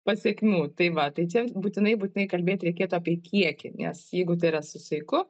pasekmių tai va tai čia būtinai būtinai kalbėt reikėtų apie kiekį nes jeigu tai yra su saiku